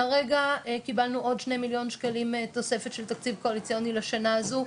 כרגע קיבלנו עוד שני מיליון שקלים תוספת של תקציב קואליציוני לשנה הזו,